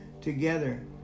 together